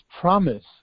promise